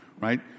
Right